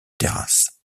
terrasse